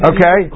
Okay